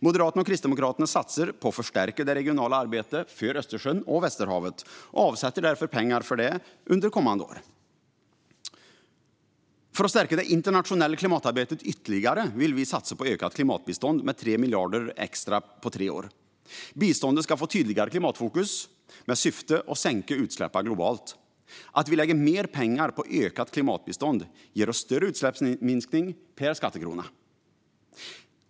Moderaterna och Kristdemokraterna satsar på att förstärka det regionala arbetet för Östersjön och Västerhavet och avsätter därför pengar för det under kommande år. För att stärka det internationella klimatarbetet ytterligare vill vi satsa på ökat klimatbistånd med 3 miljarder extra på tre år. Biståndet ska få tydligare klimatfokus med syfte att sänka utsläppen globalt. Att vi lägger mer pengar på ökat klimatbistånd ger oss en större utsläppsminskning per skattekrona.